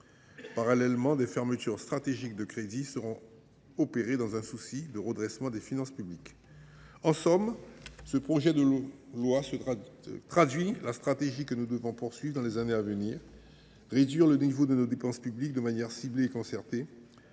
Parallèlement, des fermetures stratégiques de crédits seront opérées, dans un souci de redressement des finances publiques. En somme, ce PLFG traduit la stratégie que nous devons poursuivre dans les années à venir : réduire le niveau de nos dépenses publiques de manière ciblée et concertée,